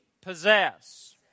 Possess